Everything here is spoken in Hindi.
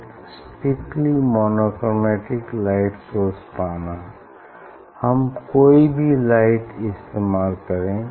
एक स्ट्रिक्टली मोनोक्रोमेटिक लाइट सोर्स पाना हम कोई भी लाइट इस्तेमाल करें